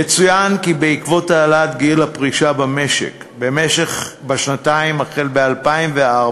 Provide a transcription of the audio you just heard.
יצוין כי בעקבות העלאת גיל הפרישה במשק בשנתיים החל ב-2004,